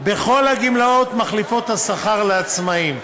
בכל הגמלאות מחליפות השכר לעצמאים,